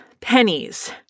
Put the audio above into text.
pennies